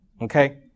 Okay